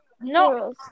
No